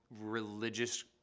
religious